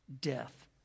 death